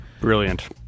Brilliant